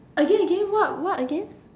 again again what what again